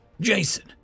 Jason